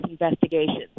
investigations